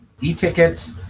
E-tickets